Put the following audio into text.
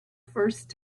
first